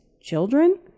children